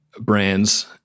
brands